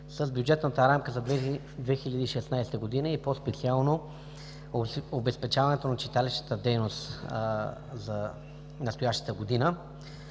с бюджетната рамка за 2016 г. и по-специално обезпечаването на читалищната дейност за настоящата година.